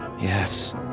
Yes